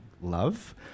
love